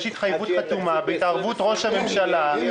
יש התחייבות חתומה בהתערבות ראש הממשלה.